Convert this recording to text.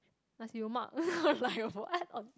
nasi-lemak like what on